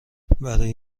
برای